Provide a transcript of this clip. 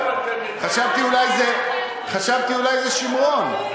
חשבתי אולי זה שמרון.